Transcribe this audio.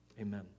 Amen